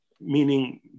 meaning